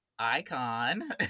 icon